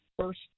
first